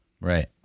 Right